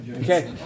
Okay